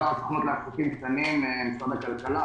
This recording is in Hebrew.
אני מהסוכנות לעסקים קטנים, משרד הכלכלה.